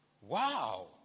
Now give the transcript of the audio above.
Wow